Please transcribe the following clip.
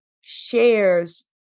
shares